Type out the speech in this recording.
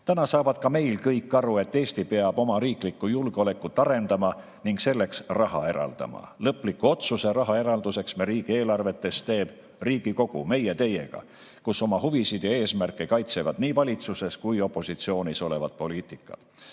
saavad ka meil kõik aru, et Eesti peab oma riiklikku julgeolekut arendama ning selleks raha eraldama. Lõpliku otsuse raha eraldamiseks riigieelarvetes teeb Riigikogu, meie teiega, kus oma huvisid ja eesmärke kaitsevad nii valitsuses kui ka opositsioonis olevad poliitikud.